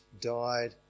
died